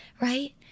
right